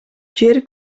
жер